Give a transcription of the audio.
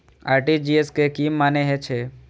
RTGS के की मानें हे छे?